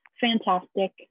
fantastic